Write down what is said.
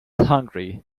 hungry